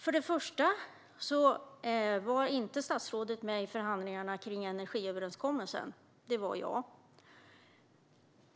För det första var inte statsrådet med i förhandlingarna kring energiöverenskommelsen; det var jag.